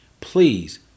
Please